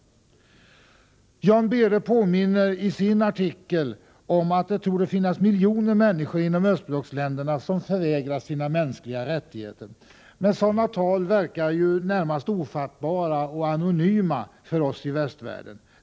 Jan Behre påminner i sin artikel om att det torde finnas miljoner människor inom östblocksländerna som förvägras sina mänskliga rättigheter. Men sådana tal verkar närmast ofattbara och anonyma för oss i västvärlden.